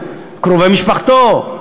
וקרובי משפחתו,